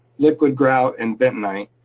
liquid grout and bentonite.